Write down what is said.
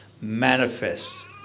manifest